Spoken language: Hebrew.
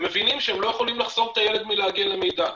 הם מבינים שהם לא יכולים לחסום את הילד מלהגיע למידע.